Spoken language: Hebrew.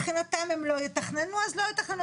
מבחינתם הם לא יתכננו אז לא יתכננו,